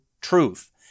truth